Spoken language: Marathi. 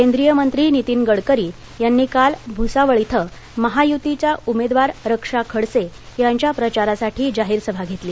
केंद्रीय मंत्री नितीन गडकरी यांनी काल भूसावळ इथं महायूतीच्या उमेदवार रक्षा खडसे यांच्या प्रचारासाठी जाहीर सभा घेतली